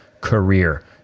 career